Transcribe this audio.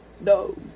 No